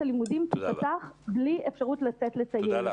הלימודים תיפתח בלי אפשרות לצאת לטייל,